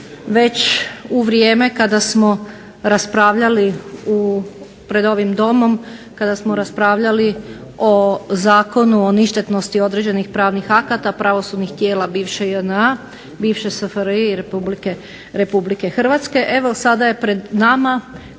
rekao ministar koja je najavljena već u vrijeme kada smo raspravljali o zakonu o ništetnosti određenih pravnih akata pravosudnih tijela bivše JNA i bivše SFRJ i Republike Hrvatske evo sada je pred nama